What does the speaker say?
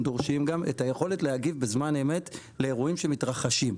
הם דורשים גם את היכולת להגיב בזמן אמת לאירועים שמתרחשים.